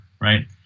right